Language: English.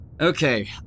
Okay